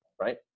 right